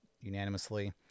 unanimously